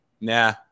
nah